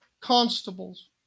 constables